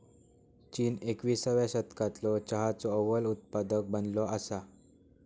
चीन एकविसाव्या शतकालो चहाचो अव्वल उत्पादक बनलो असा